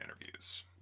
interviews